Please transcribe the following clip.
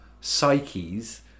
psyches